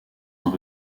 ont